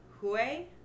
Hue